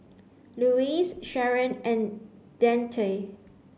Louise Sharen and Deante